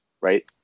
right